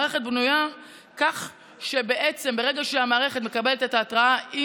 המערכת בנויה כך שבעצם ברגע שהמערכת מקבלת את ההתראה היא